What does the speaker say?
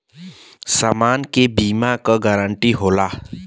समान के बीमा क गारंटी होला